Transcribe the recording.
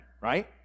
right